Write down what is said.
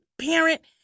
parent